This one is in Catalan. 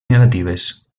negatives